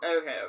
Okay